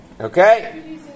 Okay